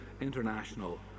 international